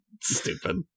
Stupid